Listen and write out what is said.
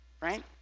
right